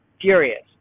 furious